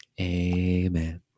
Amen